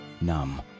numb